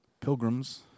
pilgrims